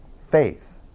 faith